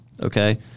Okay